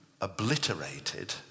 obliterated